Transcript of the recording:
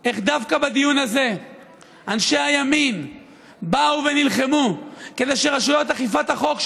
איך דווקא בדיון הזה אנשי הימין באו ונלחמו כדי שרשויות אכיפת החוק,